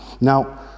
Now